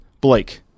Blake